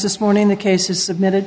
this morning the case is submitted